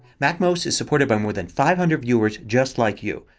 macmost is supported by more than five hundred viewers just like you.